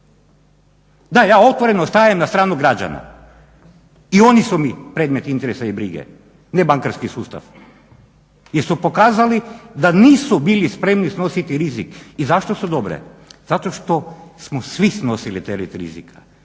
Da, ja otvoreno stajem na stranu građana i oni su mi predmet interesa i brige, ne bankarski sustav jer su pokazali da nisu bili spremni snositi rizik. I zašto su dobre, zato što smo svi snosili teret rizika